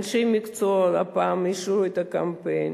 אנשי מקצוע הפעם אישרו את הקמפיין.